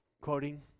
quoting